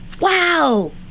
Wow